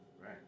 Right